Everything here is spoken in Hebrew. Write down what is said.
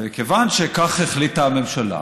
וכיוון שכך החליטה הממשלה,